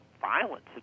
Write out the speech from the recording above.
violence